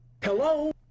Hello